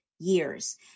years